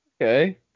Okay